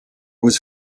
was